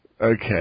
Okay